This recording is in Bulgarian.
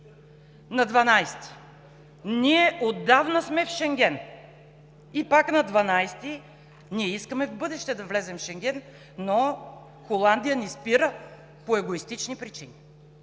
На 12-и: „Ние отдавна сме в Шенген.“ И пак на 12-и: „Ние искаме в бъдеще да влезем в Шенген, но Холандия ни спира по егоистични причини.“